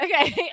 Okay